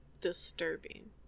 disturbing